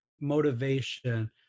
motivation